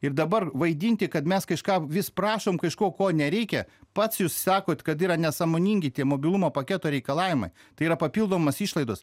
ir dabar vaidinti kad mes kažką vis prašom kažko ko nereikia pats jūs sakot kad yra nesąmoningi tie mobilumo paketo reikalavimai tai yra papildomos išlaidos